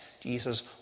Jesus